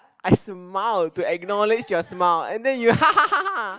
I smiled to acknowledge your smile and then you ha ha ha ha